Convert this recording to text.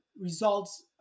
results